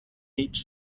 each